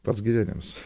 pats gyvenimas